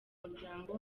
muryango